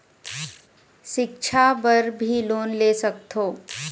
सिक्छा बर भी लोन ले सकथों?